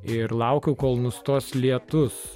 ir laukiu kol nustos lietus